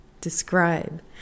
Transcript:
describe